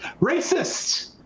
racist